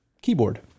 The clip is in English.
keyboard